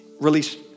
release